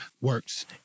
works